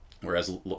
Whereas